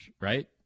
right